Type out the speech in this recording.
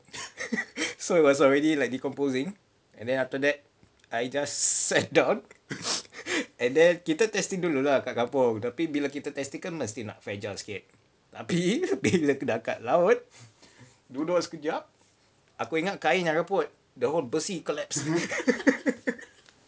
so it was already like decomposing and then after that I just sat down and then kita testing dulu lah kat kampung tapi bila kita testing kan mesti nak kena fragile sikit tapi bila dah kat laut duduk sekejap aku ingat kayu yang raput tapi the whole boat collapsed